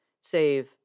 save